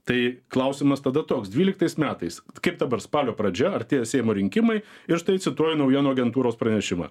tai klausimas tada toks dvyliktais metais kaip dabar spalio pradžia artėja seimo rinkimai ir štai cituoju naujienų agentūros pranešimą